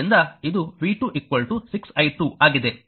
ಆದ್ದರಿಂದ ಇದು v 2 6 i2 ಆಗಿದೆ